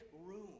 room